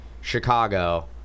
Chicago